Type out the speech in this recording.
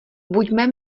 buďme